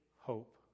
hope